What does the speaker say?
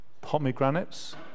Pomegranates